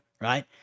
right